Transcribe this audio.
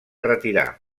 retirar